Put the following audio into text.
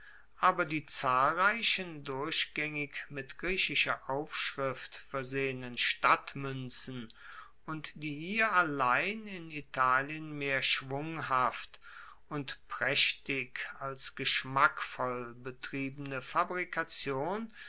aber die zahlreichen durchgaengig mit griechischer aufschrift versehenen stadtmuenzen und die hier allein in italien mehr schwunghaft und praechtig als geschmackvoll betriebene fabrikation